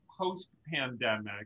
post-pandemic